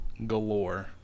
galore